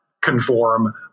conform